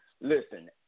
Listen